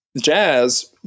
jazz